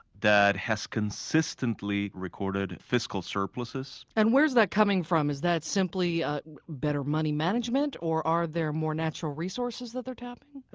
that has consistently recorded fiscal surpluses. and where is that coming from? is that simply ah better money management? or are there more natural resources that they're tapping?